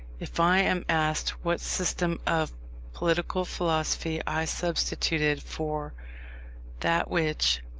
if i am asked, what system of political philosophy i substituted for that which,